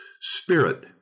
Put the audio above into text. spirit